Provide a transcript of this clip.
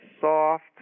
soft